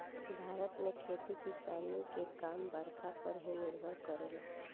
भारत में खेती किसानी के काम बरखा पर ही निर्भर करेला